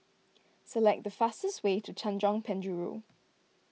select the fastest way to Tanjong Penjuru